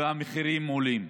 והמחירים עולים.